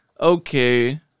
Okay